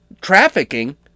trafficking